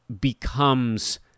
becomes